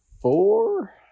four